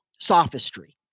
Sophistry